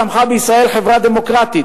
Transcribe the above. צמחה בישראל חברה דמוקרטית,